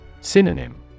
Synonym